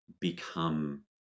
become